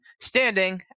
standing